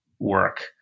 work